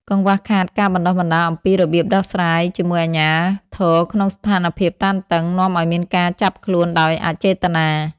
កង្វះខាតការបណ្តុះបណ្តាលអំពីរបៀបដោះស្រាយជាមួយអាជ្ញាធរក្នុងស្ថានភាពតានតឹង នាំឱ្យមានការចាប់ខ្លួនដោយអចេតនា។